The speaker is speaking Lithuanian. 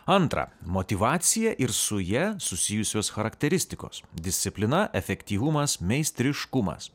antra motyvacija ir su ja susijusios charakteristikos disciplina efektyvumas meistriškumas